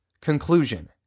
Conclusion